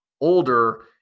older